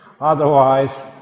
Otherwise